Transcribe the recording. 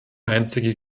einzige